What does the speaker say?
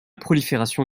prolifération